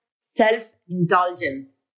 self-indulgence